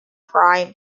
prime